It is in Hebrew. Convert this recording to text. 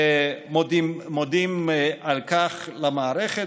מודים על כך למערכת.